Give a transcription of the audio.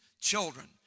children